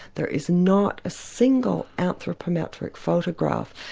there is not a single anthropometric photograph,